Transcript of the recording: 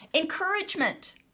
encouragement